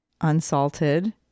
unsalted